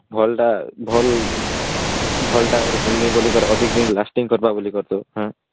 ଭଲ୍ଟା ଭଲ୍ ଭଲ୍ଟା ଗୋଟେ କିଣବି ବୋଲିକରି ଅଧିକ୍ ଦିନ୍ ଲାଷ୍ଟିଂ କର୍ବା ବୋଲି କର୍ତେ ହେଁ